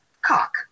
cock